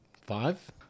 five